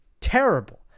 Terrible